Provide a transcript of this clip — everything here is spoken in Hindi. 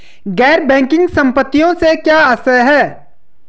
गैर बैंकिंग संपत्तियों से क्या आशय है?